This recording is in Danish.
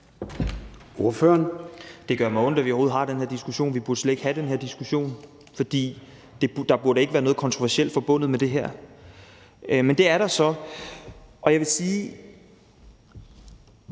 Vad (S): Det gør mig ondt, at vi overhovedet har denne diskussion. Vi burde slet ikke have den her diskussion, for der burde ikke være noget kontroversielt forbundet med det her, men det er der så. Jeg vil sige,